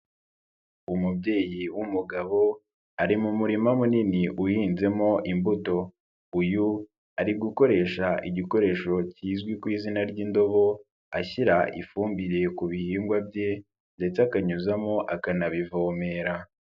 Umubyeyi w'umugabo ari mu murima munini uhinzemo imbuto, uyu ari gukoresha igikoresho kizwi ku izina ry'indobo ashyira ifumbire ku bihingwa bye ndetse akanyuzamo akanabivomera.